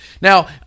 Now